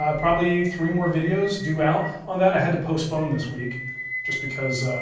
ah probably three more videos due out on that. i had to post pone this week just because